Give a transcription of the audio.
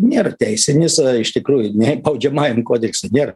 nėra teisinis iš tikrųjų nei baudžiamajam kodekse nėra